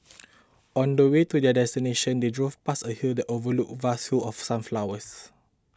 on the way to their destination they drove past a hill that overlooked vast fields of sunflowers